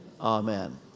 amen